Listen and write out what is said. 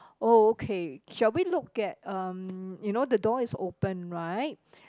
oh okay shall we look at um you know the door is open right